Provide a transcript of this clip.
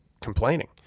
complaining